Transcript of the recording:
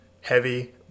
heavy